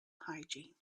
hygiene